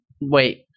Wait